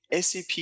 SAP